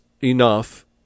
enough